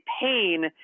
pain